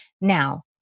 Now